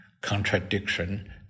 contradiction